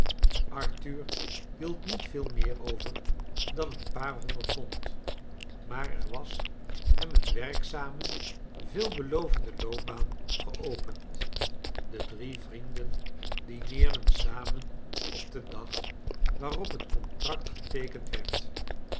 arthur hield niet veel nicer over dan een paar honderd pond maar er was hem een werkzame veelbelovende loopbaan geopend de drie vrienden dineerden samen op den dag waarop het contract geteekend werd